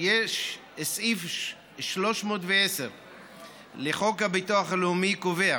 סעיף 310 לחוק הביטוח הלאומי קובע